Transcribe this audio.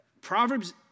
Proverbs